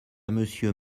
monsieur